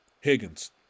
Higgins